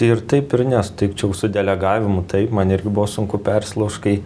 ir taip ir ne sutikčiau su delegavimu taip man irgi buvo sunku persilaužt kai